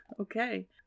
Okay